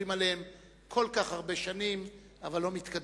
עליהם כל כך הרבה שנים אבל לא מתקדמים.